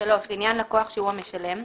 (3)לעניין לקוח שהוא המשלם,